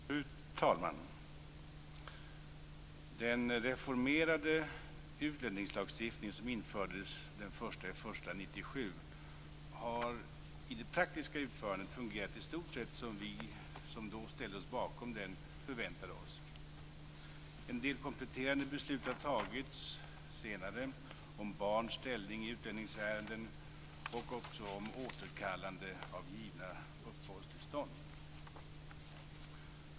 Fru talman! Den reformerade utlänningslagstiftningen, som infördes den 1 januari 1997, har i det praktiska utförandet fungerat i stort sett som vi, som då ställde oss bakom den, förväntade oss. En del kompletterande beslut har tagits senare om barns ställning i utlänningsärenden och också om återkallanden av givna uppehållstillstånd.